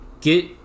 Get